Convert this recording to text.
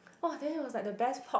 !woah! then it was like the best pork